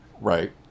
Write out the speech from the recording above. Right